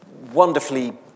wonderfully